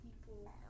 people